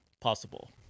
possible